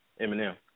Eminem